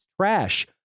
trash